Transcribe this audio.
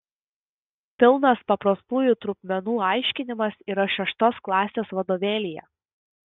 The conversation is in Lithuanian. pilnas paprastųjų trupmenų aiškinimas yra šeštos klasės vadovėlyje